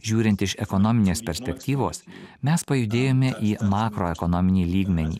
žiūrint iš ekonominės perspektyvos mes pajudėjome į makroekonominį lygmenį